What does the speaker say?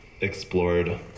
explored